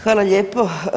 Hvala lijepo.